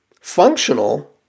functional